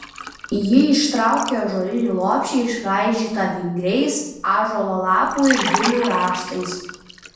ji ištraukė ąžuolinį lopšį išraižytą vingriais ąžuolo lapų ir gilių raštais